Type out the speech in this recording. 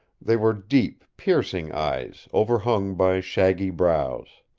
they were deep, piercing eyes, overhung by shaggy brows.